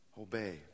obey